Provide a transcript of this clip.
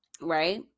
right